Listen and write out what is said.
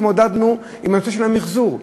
התמודדנו עם הנושא של המחזור,